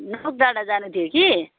नोकडाँडा जानु थियो कि